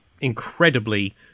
incredibly